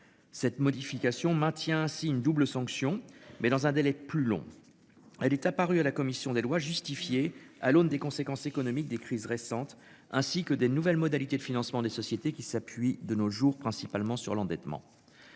Cette modification maintient ainsi une double sanction mais dans un délai plus long. Elle est apparue à la commission des lois justifié à l'aune des conséquences économiques des crises récentes ainsi que des nouvelles modalités de financement des sociétés qui s'appuie de nos jours, principalement sur l'endettement.